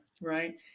right